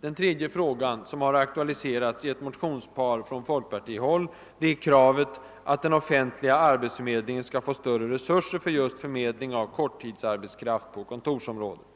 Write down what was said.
Den tredje frågan som har aktualiserats i ett motionspar från folkpartihåll är kravet att den offentliga arbetsförmedlingen skall få större resurser för just förmedling av korttidsarbetskraft på kontorsområdet.